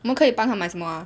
我们可以帮她买什么 ah